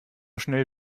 schnell